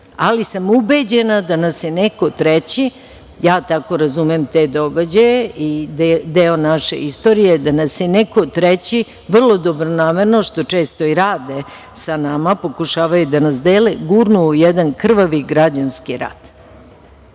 sam ubeđena da nas je neko treći, ja tako razumem te događaje i deo naše istorije, da nas je neko treći vrlo dobronamerno, što vrlo često i rade sa nama, pokušavaju da nas dele, gurnu u jedan krvavi građanski rat. Šta